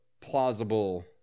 plausible